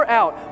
out